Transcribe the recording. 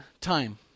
time